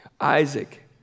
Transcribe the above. Isaac